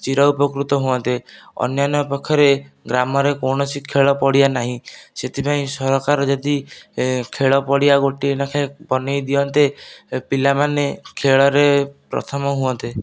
ଚିର ଉପକୃତ ହୁଅନ୍ତେ ଅନ୍ୟାନ୍ୟ ପକ୍ଷରେ ଗ୍ରାମରେ କୌଣସି ଖେଳ ପଡ଼ିଆ ନାହିଁ ସେଥିପାଇଁ ସରକାର ଯଦି ଖେଳ ପଡ଼ିଆ ଗୋଟିଏ ଲେଖାଏଁ ବନେଇଦିଅନ୍ତେ ପିଲାମାନେ ଖେଳରେ ପ୍ରଥମ ହୁଅନ୍ତେ